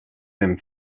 ben